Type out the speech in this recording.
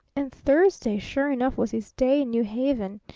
and thursday sure enough was his day in new haven,